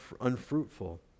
unfruitful